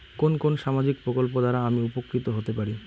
কোন কোন সামাজিক প্রকল্প দ্বারা আমি উপকৃত হতে পারি?